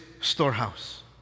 storehouse